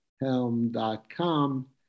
helm.com